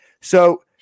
So-